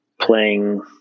playing